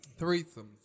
Threesomes